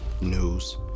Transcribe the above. news